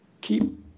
keep